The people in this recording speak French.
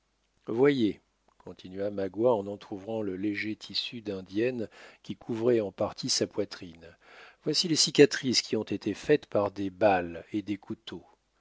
voyez continua magua en entrouvrant le léger tissu d'indienne qui couvrait en partie sa poitrine voici les cicatrices qui ont été faites par des balles et des couteaux